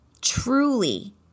truly